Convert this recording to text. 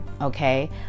okay